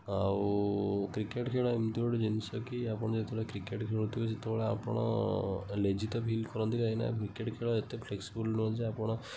ଆଉ କ୍ରିକେଟ୍ ଖେଳ ଏମିତି ଗୋଟେ ଜିନିଷ କି ଆପଣ ଯେତେବେଳେ କ୍ରିକେଟ୍ ଖେଳୁଥିବେ ସେତେବେଳେ ଆପଣ ଲେଜି ତ ଫିଲ୍ କରନ୍ତି କାହିଁକି ନା କ୍ରିକେଟ୍ ଖେଳ ଏତେ ଫ୍ଲେକ୍ସିବଲ୍ ନୁହେଁ ଯେ ଆପଣ